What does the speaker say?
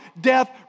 death